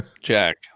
Jack